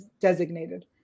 designated